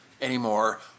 anymore